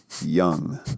Young